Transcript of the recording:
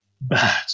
bad